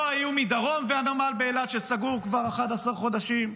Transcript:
לא האיום מדרום והנמל באילת, שסגור כבר 11 חודשים,